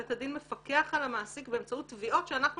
בית הדין מפקח על המעסיק באמצעות תביעות שאנחנו